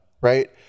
Right